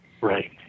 Right